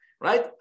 Right